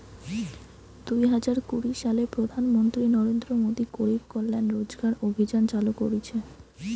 দুই হাজার কুড়ি সালে প্রধান মন্ত্রী নরেন্দ্র মোদী গরিব কল্যাণ রোজগার অভিযান চালু করিছে